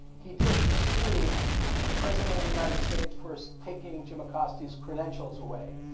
he did, he sued the president of the united states for taking jim acosta's credentials away.